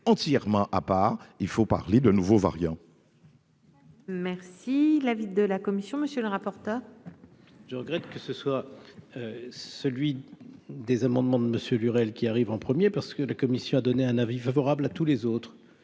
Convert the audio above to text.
entièrement à part, il faut parler de nouveau variant. Merci l'avis de la commission, monsieur le rapporteur. Je regrette que ce soit celui des amendements de Monsieur Lurel qui arrive en premier, parce que la Commission a donné un avis favorable à tous les autres,